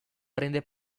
prende